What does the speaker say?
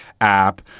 app